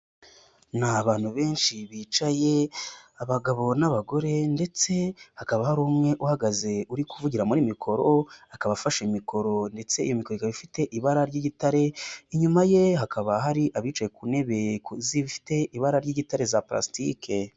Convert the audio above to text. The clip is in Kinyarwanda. Ni abantu benshi bicaye abagabo n'abagore ndetse hakaba hari umwe uhagaze uri kuvugira muri mikoro akaba afashe mikoro ndetse iyo mikoro ikaba ifite ibara ry'igitare, inyuma ye hakaba hari abicaye ku ntebe ku zifite ibara ry'igitare za purasitike.